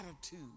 attitude